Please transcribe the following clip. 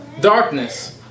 darkness